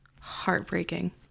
Heartbreaking